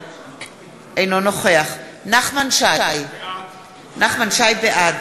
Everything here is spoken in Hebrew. אינו נוכח אלעזר שטרן, אינו נוכח נחמן שי, בעד